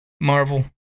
Marvel